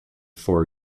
for